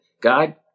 God